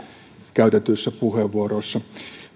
käytetyissä puheenvuoroissa